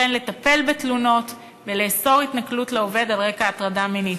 וכן לטפל בתלונות ולאסור התנכלות לעובד על רקע הטרדה מינית.